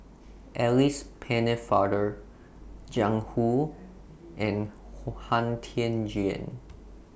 Alice Pennefather Jiang Hu and Han Tan Juan